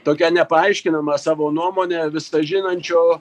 tokią nepaaiškinamą savo nuomonę visažinančio